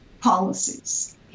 policies